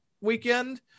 weekend